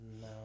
No